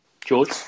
George